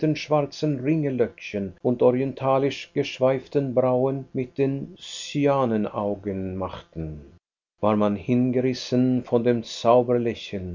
brand brand brandraben raben kohlen tinten schwarzen ringellöckchen und orientalisch geschweiften brauen mit den cyanenaugen machten war man hingerissen von dem